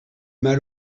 mal